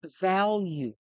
value